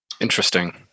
Interesting